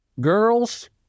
girls